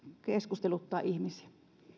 keskusteluttaa ihmisiä